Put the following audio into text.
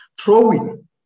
throwing